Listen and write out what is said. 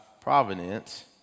providence